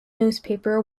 newspaper